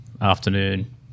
afternoon